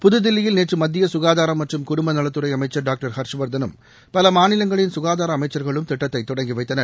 புதுதில்லியில் நேற்று மத்திய சுகாதாரம் மற்றும் குடும்ப நலத்துறை அமைச்சர் டாக்டர் ஹர்ஷ்வர்தனும் பல மாநிலங்களின் சுகாதார அமைச்சர்களும் திட்டத்தை தொடங்கி வைத்தனர்